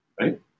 right